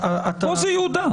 פה זה יהודה.